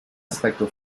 aspecto